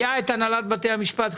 הייתה הנהלת בתי המשפט,